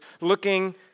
looking